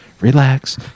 Relax